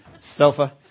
sofa